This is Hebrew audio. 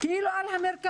גם לזה